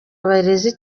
abarezi